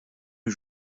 eux